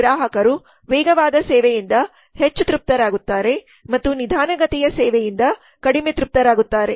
ಗ್ರಾಹಕರು ವೇಗವಾದ ಸೇವೆಯಿಂದ ಹೆಚ್ಚು ತೃಪ್ತರಾಗುತ್ತಾರೆ ಮತ್ತು ನಿಧಾನಗತಿಯ ಸೇವೆಯಿಂದ ಕಡಿಮೆ ತೃಪ್ತರಾಗುತ್ತಾರೆ